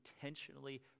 intentionally